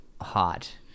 hot